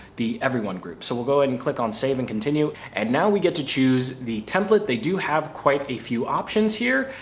the everyone group. so we'll go ahead and and click on save and continue. and now we get to choose the template. they do have quite a few options here.